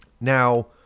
Now